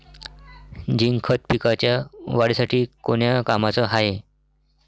Zinc खत पिकाच्या वाढीसाठी कोन्या कामाचं हाये?